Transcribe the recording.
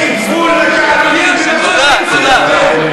יש גבול לתעלולים ולשקרים שלכם.